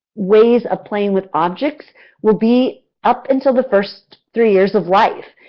ways of playing with objects will be up until the first three years of life.